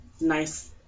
nice